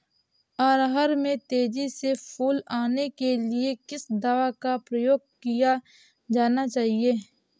अरहर में तेजी से फूल आने के लिए किस दवा का प्रयोग किया जाना चाहिए?